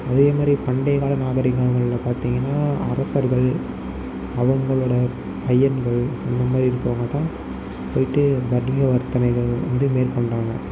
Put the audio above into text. அதே மாதிரி பண்டையக்கால நாகரீகங்களில் பார்த்திங்கன்னா அரசர்கள் அவங்களோட பையன்கள் அந்த மாதிரி இருக்கவங்க தான் போய்விட்டு வணிக வர்த்தனைகள் வந்து மேற்கொண்டாங்க